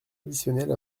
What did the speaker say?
additionnels